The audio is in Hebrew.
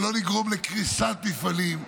שלא לגרום לקריסת מפעלים,